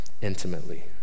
intimately